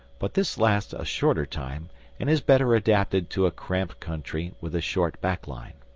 but this lasts a shorter time and is better adapted to a cramped country with a short back line.